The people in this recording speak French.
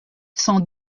cent